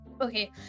Okay